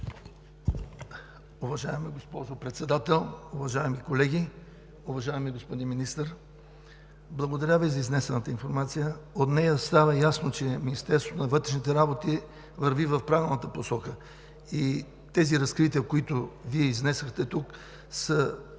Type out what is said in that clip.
Уважаема госпожо Председател, уважаеми колеги! Уважаеми господин Министър, благодаря Ви за изнесената информация. От нея става ясно, че Министерството на вътрешните работи върви в правилната посока и тези разкрития, които Вие изнесохте тук, са